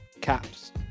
caps